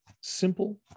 simple